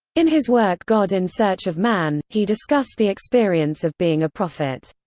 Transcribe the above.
in his work god in search of man, he discussed the experience of being a prophet.